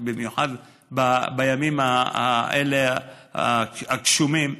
במיוחד בימים הגשומים האלה,